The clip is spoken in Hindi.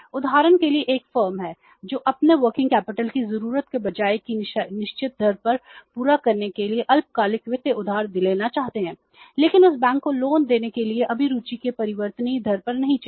उदाहरण के लिए एक फर्म है जो अपनी कार्यशील पूंजी की जरूरतों को ब्याज की निश्चित दर पर पूरा करने के लिए अल्पकालिक वित्त उधार लेना चाहते हैं लेकिन उस बैंक को लोन देने के लिए अभिरुचि के परिवर्तनीय दर पर नहीं चाहिए